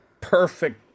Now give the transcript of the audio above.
perfect